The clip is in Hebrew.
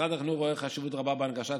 משרד החינוך רואה חשיבות רבה בהנגשת